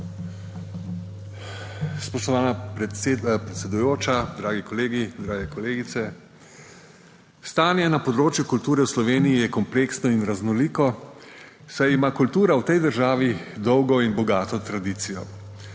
Spoštovana predsedujoča, dragi kolegi, drage kolegice! Stanje na področju kulture v Sloveniji je kompleksno in raznoliko, saj ima kultura v tej državi dolgo in bogato tradicijo.